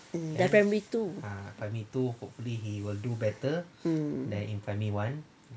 primary two mm